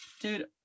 dude